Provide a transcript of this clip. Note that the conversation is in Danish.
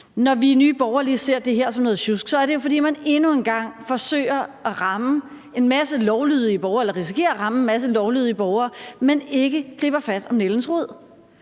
Når vi i Nye Borgerlige ser det her som noget sjusk, er det jo, fordi man endnu engang risikerer at ramme en masse lovlydige borgere, men ikke griber fat om nældens rod.